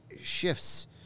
shifts